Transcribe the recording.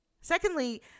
Secondly